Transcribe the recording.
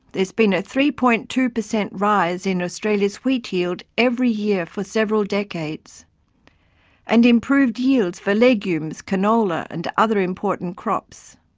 there has been a three. two percent rise in australia's wheat yield every year for several decades and improved yields for legumes, canola and other important crops.